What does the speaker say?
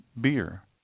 beer